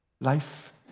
life